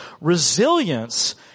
Resilience